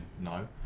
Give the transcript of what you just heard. No